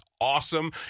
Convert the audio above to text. awesome